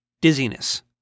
dizziness